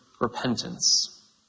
repentance